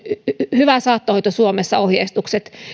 hyvä saattohoito suomessa ohjeistukset